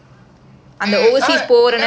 mm oh you never go for